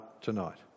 tonight